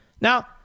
Now